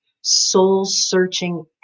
soul-searching